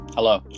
Hello